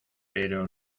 pero